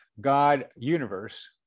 God-Universe